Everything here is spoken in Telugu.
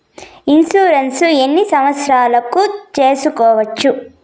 ఇన్సూరెన్సు ఎన్ని సంవత్సరాలకు సేసుకోవచ్చు?